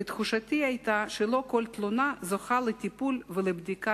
ותחושתי היתה שלא כל תלונה זוכה לטיפול ולבדיקה